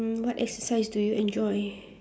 mm what exercise do you enjoy